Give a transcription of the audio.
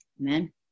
amen